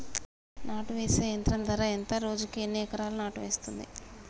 నాటు వేసే యంత్రం ధర ఎంత రోజుకి ఎన్ని ఎకరాలు నాటు వేస్తుంది?